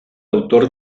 autor